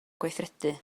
gweithredu